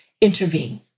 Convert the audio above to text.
intervene